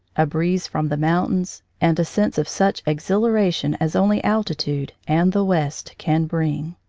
a breeze from the mountains, and a sense of such exhilaration as only altitude and the west can bring.